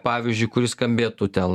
pavyzdžiui kuri skambėtų ten